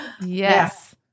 yes